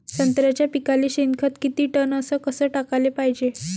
संत्र्याच्या पिकाले शेनखत किती टन अस कस टाकाले पायजे?